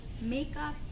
makeup